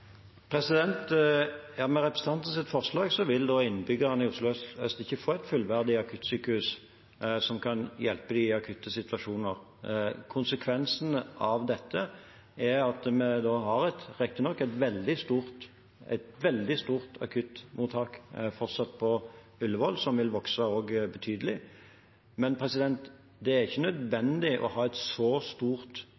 Ja, med representantens forslag vil da innbyggerne i Oslo øst ikke få et fullverdig akuttsykehus som kan hjelpe dem i akutte situasjoner. Konsekvensen av dette er at vi da har et – riktignok veldig stort – akuttmottak fortsatt på Ullevål, som også vil vokse betydelig. Men det er ikke nødvendig